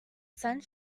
strict